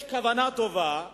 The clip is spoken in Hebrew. יש כוונה טובה,